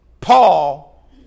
Paul